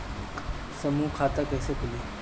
समूह खाता कैसे खुली?